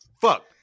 Fuck